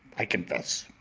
i confess.